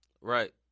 Right